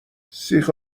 سیخ